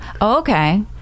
Okay